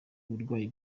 uburwayi